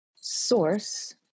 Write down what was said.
source